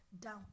down